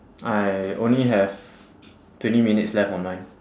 I only have twenty minutes left on mine